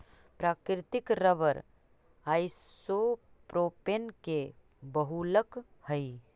प्राकृतिक rubber isopropene के बहुलक हई